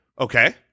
Okay